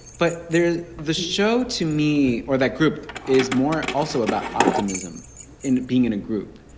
but there's the show to me or that group is more also about optimism in being in a group.